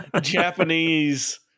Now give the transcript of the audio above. Japanese